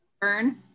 burn